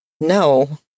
No